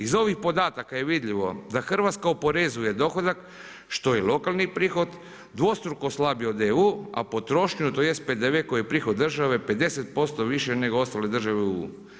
Iz ovih podataka je vidljivo da Hrvatska oporezuje dohodak što je lokalni prihod dvostruko slabije od EU, a potrošnju tj. PDV koji je prihod države 50% više nego ostale države u EU.